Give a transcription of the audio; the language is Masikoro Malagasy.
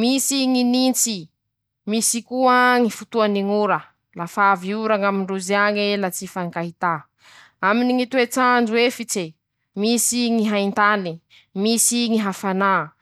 misy ñy nintsy, misy koa ñy fotoany ñ'ora, lafa avy ora ñ'amindrozy añe la tsy ifankahità, aminy ñy toets'andro efitse, misy ñy haintane, misy ñy hafanà.